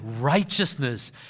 righteousness